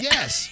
Yes